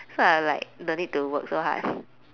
so I'm like don't need to work so hard